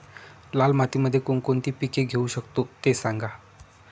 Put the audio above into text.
लाल मातीमध्ये कोणकोणती पिके घेऊ शकतो, ते सांगा